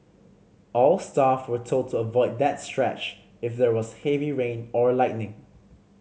all staff were told to avoid that stretch if there was heavy rain or lightning